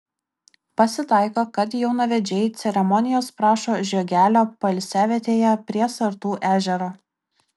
pasitaiko kad jaunavedžiai ceremonijos prašo žiogelio poilsiavietėje prie sartų ežero